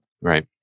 Right